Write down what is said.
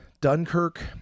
Dunkirk